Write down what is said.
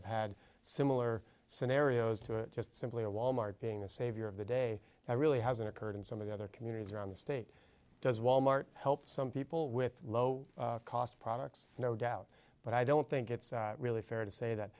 have had similar scenarios to just simply a wal mart being the savior of the day i really hasn't occurred in some of the other communities around the state does walmart help some people with low cost products no doubt but i don't think it's really fair to say that